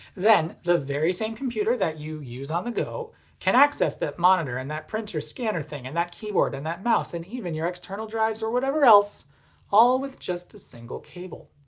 then, the very same computer that you use on the go can access that monitor and that printer scanner thing and that keyboard and that mouse and even your external drives or whatever else all with just a single cable.